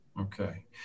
Okay